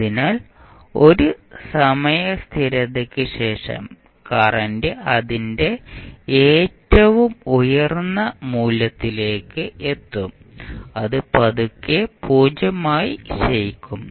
അതിനാൽ 1 സമയ സ്ഥിരതയ്ക്ക് ശേഷം കറന്റ് അതിന്റെ ഏറ്റവും ഉയർന്ന മൂല്യത്തിലേക്ക് എത്തും അത് പതുക്കെ 0 ആയി ക്ഷയിക്കും